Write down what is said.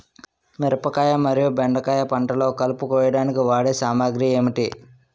మిరపకాయ మరియు బెండకాయ పంటలో కలుపు కోయడానికి వాడే సామాగ్రి ఏమిటి?